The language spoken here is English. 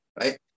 right